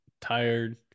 tired